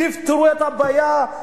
תפתרו את הבעיה.